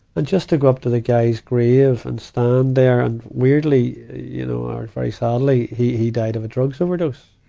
and just to go up to the guy's grave and stand there and weirdly, you know, or very sadly, he, he died of a drugs overdose.